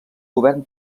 govern